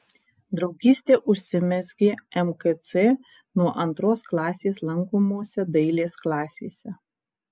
draugystė užsimezgė mkc nuo antros klasės lankomose dailės klasėse